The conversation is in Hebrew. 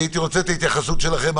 הייתי רוצה את ההתייחסות שלכם.